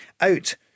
out